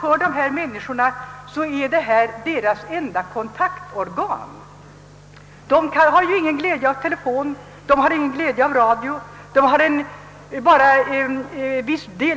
För de döva är tidningen det enda kontaktorganet. De har ingen glädje av telefon eller radio, och de har endast